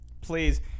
please